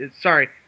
Sorry